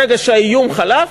ברגע שהאיום חלף,